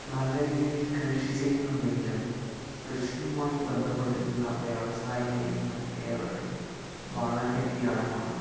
നല്ല രീതിയിൽ കൃഷി ചെയ്യുന്നുണ്ടെങ്കിലും കൃഷിയുമായി ബന്ധപ്പെട്ടിരുന്ന വ്യവസായങ്ങളിന്ന് കേരളത്തിൽ വളരെ വിരളമാണ്